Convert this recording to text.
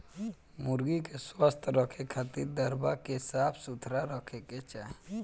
मुर्गी के स्वस्थ रखे खातिर दरबा के साफ सुथरा रखे के चाही